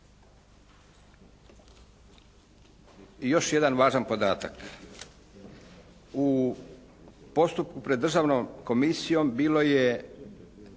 I još jedan važan podatak. U postupku pred Državnom komisijom bilo je